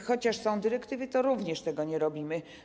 Chociaż są dyrektywy, to również tego nie robimy.